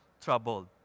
troubled